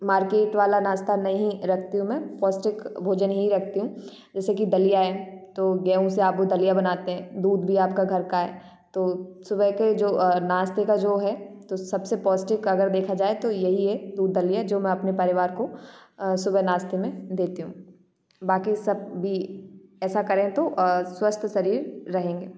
market वाला नास्ता नहीं रखती हूँ मैं पौष्टिक भोजन ही रखती हूँ जैसे कि दलिया है तो गेहूँ से आप वो दलिया बनाते हैं दूध भी आपका घर का है तो सुबह के जो नास्ते का जो है तो सबसे पौष्टिक अगर देखा जाए तो यही है दूध दलिया जो मैं अपने परिवार को सुबह नास्ते में देती हूँ बाकि सब भी ऐसा करें तो स्वस्थ शरीर रहेंगे